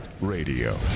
Radio